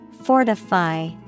Fortify